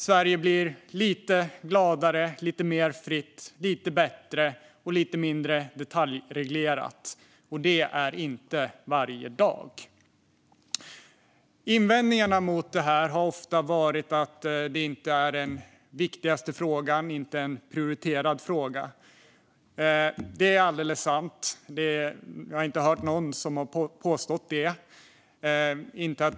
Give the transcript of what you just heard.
Sverige blir lite gladare, lite mer fritt, lite bättre och lite mindre detaljreglerat - och det är inte varje dag. Invändningarna mot detta har ofta varit att det inte är den viktigaste frågan eller en prioriterad fråga. Det är alldeles sant. Jag har inte hört någon som har påstått att den skulle vara det.